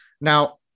Now